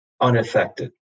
unaffected